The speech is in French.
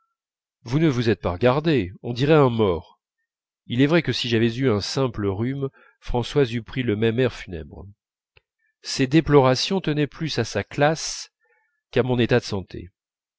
vous ne vous êtes pas regardé on dirait un mort il est vrai que si j'avais eu un simple rhume françoise eût pris le même air funèbre ces déplorations tenaient plus à sa classe qu'à mon état de santé